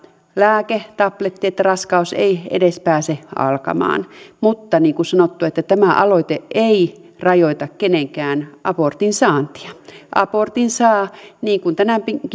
lääke tabletti että raskaus ei pääse edes alkamaan mutta niin kuin sanottu tämä aloite ei rajoita kenenkään abortin saantia abortin saa jatkossakin niin kuin tänäkin